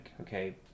okay